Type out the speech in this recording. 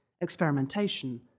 experimentation